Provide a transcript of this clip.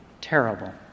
terrible